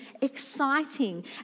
exciting